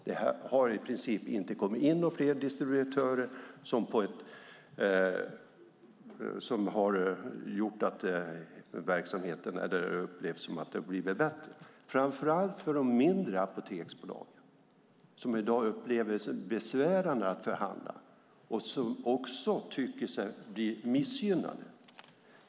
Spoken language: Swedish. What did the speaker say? Det har i princip inte kommit in fler distributörer som har gjort att verksamheten upplevs som bättre. Framför allt de mindre apoteksbolagen upplever det i dag som besvärande att förhandla, och de tycker sig också bli missgynnade.